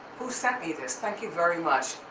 who sent me this? thank you very much.